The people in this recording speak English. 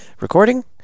recording